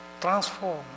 transform